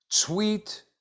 tweet